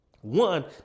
One